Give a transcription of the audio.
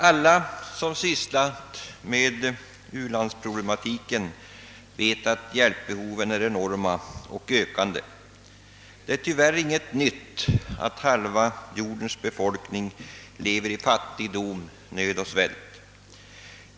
Alla som sysslat med u-landsproblematiken vet att hjälpbehoven är enorma och att de ökar. Det är tyvärr inte något nytt att halva jordens befolkning lever i fattigdom, nöd och svält.